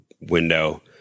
window